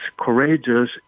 courageous